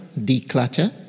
declutter